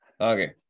Okay